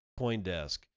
Coindesk